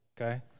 okay